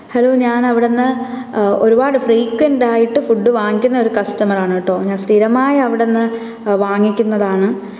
hello ഞാൻ അവിടുന്ന് ഒരുപാട് ഫ്രീക്വന്റ് ആയിട്ട് ഫുഡ് വാങ്ങിക്കുന്ന ഒരു കസ്റ്റമർ ആണ് കെട്ടോ ഞാൻ സ്ഥിരമായി അവിടുന്ന് വാങ്ങിക്കുന്നതാണ്